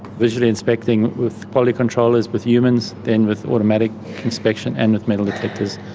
visually inspecting with quality controllers, with humans, then with automatic inspection and with metal detectors.